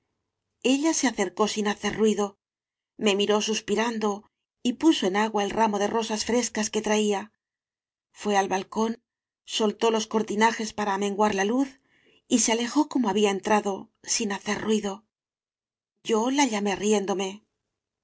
se acercó sin hacer ruido me miró suspirando y puso en agua el ramo de rosas frescas que traía fué al balcón soltó los cortinajes para amenguar la luz y se alejó como había entrado sin hacer ruido yo la llamé riéndome